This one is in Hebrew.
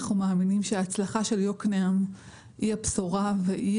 אנחנו מאמינים שההצלחה של יוקנעם היא הבשורה והיא